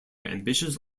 ambitious